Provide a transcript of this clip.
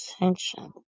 attention